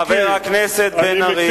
חבר הכנסת בן-ארי.